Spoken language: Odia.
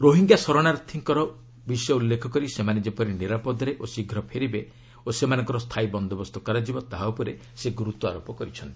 ରୋହିଙ୍ଗ୍ୟା ସରଣାର୍ଥୀଙ୍କର ବିଷୟ ଉଲ୍ଲେଖ କରି ସେମାନେ ଯେପରି ନିରାପଦରେ ଓ ଶୀଘ୍ର ଫେରିବେ ଓ ସେମାନଙ୍କର ସ୍ଥାୟୀ ବନ୍ଦୋବସ୍ତ କରାଯିବ ତାହା ଉପରେ ସେ ଗୁରୁତ୍ୱାରୋପ କରିଛନ୍ତି